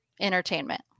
entertainment